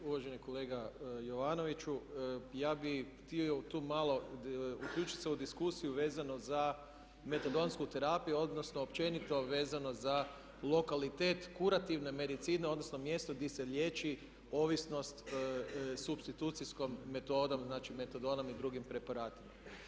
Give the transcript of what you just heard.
Uvaženi kolega Jovanoviću, ja bih htio tu malo uključit se u diskusiju vezano za metadonsku terapiju, odnosno općenito vezano za lokalitet kurativne medicine, odnosno mjesto gdje se liječi ovisnost supstitucijskom metodom, znači metadonom i drugim preparatima.